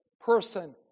person